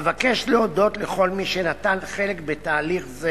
אבקש להודות לכל מי שנטל חלק בתהליך זה